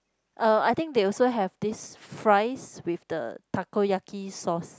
uh I think they also have this fries with the takoyaki sauce